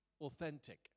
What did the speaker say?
authentic